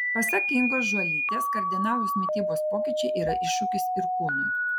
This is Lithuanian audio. pasak ingos žuolytės kardinalūs mitybos pokyčiai yra iššūkis ir kūnui